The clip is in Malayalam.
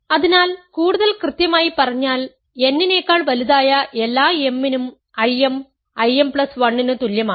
അതിനാൽ കൂടുതൽ കൃത്യമായി പറഞ്ഞാൽ n നെക്കാൾ വലുതായ എല്ലാ m നും Im Im പ്ലസ് 1 ന് തുല്യമാണ്